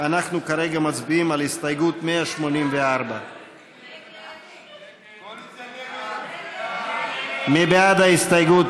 אנחנו כרגע מצביעים על הסתייגות 184. מי בעד ההסתייגות?